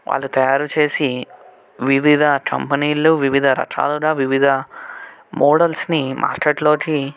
వాళ్ళు తయారుచేసి వివిధ కంపెనీలు వివిధ రకాలుగా వివిధ మోడల్స్ని మార్కెట్లోకి